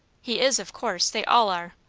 he is of course! they all are.